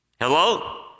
Hello